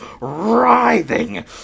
writhing